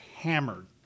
Hammered